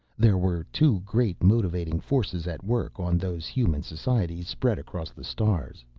there were two great motivating forces at work on those human societies spread across the stars,